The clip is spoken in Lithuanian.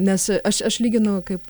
nes aš aš lyginau kaip